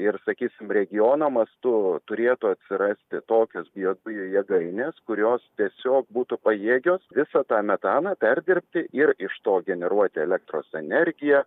ir sakysim regiono mastu turėtų atsirasti tokios biodujų jėgainės kurios tiesiog būtų pajėgios visą tą metaną perdirbti ir iš to generuoti elektros energiją